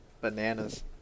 bananas